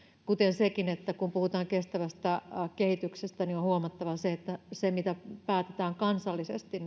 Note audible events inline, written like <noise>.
kuten sekin että kun puhutaan kestävästä kehityksestä niin on huomattava se että sillä mitä päätetään kansallisesti <unintelligible>